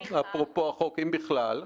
אפרופו החוק, אם בכלל,